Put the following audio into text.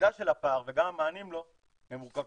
המדידה של הפער וגם המענים לו הם מורכבים.